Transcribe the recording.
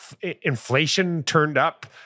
inflation-turned-up